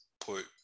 put